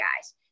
guys